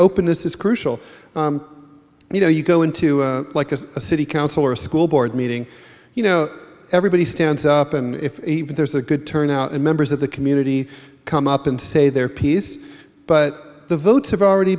openness is crucial you know you go into like a a city council or a school board meeting you know everybody stands up and if there's a good turnout and members of the community come up and say their piece but the votes have already